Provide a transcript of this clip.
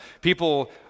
People